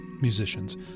musicians